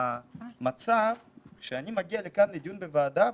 המצב שאני מגיע לכאן לדיון בוועדה,